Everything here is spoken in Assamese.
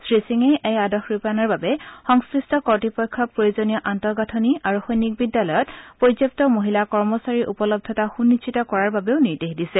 শ্ৰীসিঙে এই আদেশ ৰূপায়ণৰ বাবে সংশ্লিষ্ট কৰ্ডপক্ষক প্ৰয়োজনীয় আন্তঃগাঠনি আৰু সৈনিক বিদ্যালয়ত পৰ্যাপ্ত মহিলা কৰ্মচাৰীৰ উপলব্ধতা সুনিশ্চিত কৰাৰ বাবে নিৰ্দেশ দিছে